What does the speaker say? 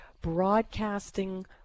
broadcasting